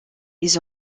ils